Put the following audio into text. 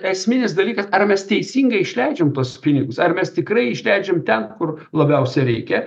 esminis dalykas ar mes teisingai išleidžiam tuos pinigus ar mes tikrai išleidžiam ten kur labiausiai reikia